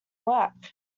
work